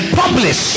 publish